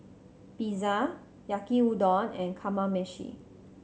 Pizza Yaki Udon and Kamameshi